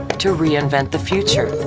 to reinvent the future,